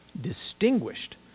distinguished